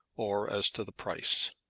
or as to the price.